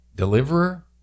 deliverer